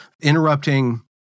interrupting